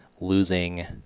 losing